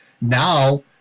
Now